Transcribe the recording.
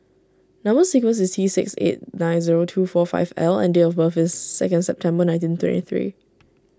Number Sequence is T six eight nine zero two four five L and date of birth is second September nineteen twenty three